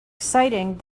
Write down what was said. exciting